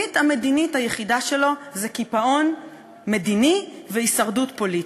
והתוכנית המדינית היחידה שלו זה קיפאון מדיני והישרדות פוליטית.